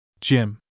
Jim